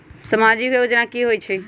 समाजिक योजना की होई छई?